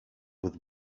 with